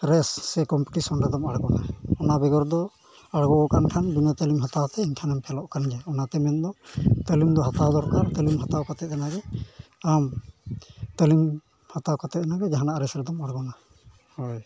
race ᱥᱮ competition ᱨᱮᱫᱚᱢ ᱟᱬᱜᱚᱱᱟ ᱚᱱᱟ ᱵᱮᱜᱚᱨ ᱫᱚ ᱟᱬᱜᱚ ᱟᱠᱟᱱ ᱠᱷᱟᱱ ᱵᱤᱱᱟᱹ ᱛᱟᱹᱞᱤᱢ ᱦᱟᱛᱟᱣ ᱠᱟᱛᱮᱫ ᱮᱠᱫᱚᱢᱮᱢ ᱯᱷᱮᱞᱚᱜ ᱠᱟᱱ ᱜᱮᱭᱟ ᱚᱱᱟᱛᱮ ᱢᱮᱱᱫᱚ ᱛᱟᱹᱞᱤᱢ ᱫᱚ ᱦᱟᱛᱟᱣ ᱫᱚᱨᱠᱟᱨ ᱛᱟᱹᱞᱤᱢ ᱦᱟᱛᱟᱣ ᱠᱟᱛᱮᱫ ᱮᱱᱟᱜᱮ ᱟᱢ ᱛᱟᱹᱞᱤᱢ ᱦᱟᱛᱟᱣ ᱠᱟᱛᱮᱫ ᱮᱱᱟᱜᱮ ᱡᱟᱦᱟᱱᱟᱜ ᱨᱮᱥ ᱨᱮᱫᱚᱢ ᱟᱬᱜᱚᱱᱟ ᱦᱳᱭ